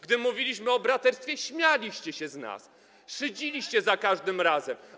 Gdy mówiliśmy o braterstwie, śmialiście się z nas, szydziliście za każdym razem.